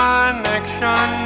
connection